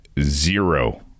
zero